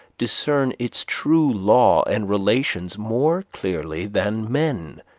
discern its true law and relations more clearly than men,